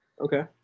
Okay